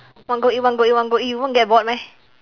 want go eat want go eat want go eat you won't get bored meh